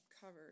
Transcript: covered